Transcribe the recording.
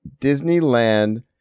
Disneyland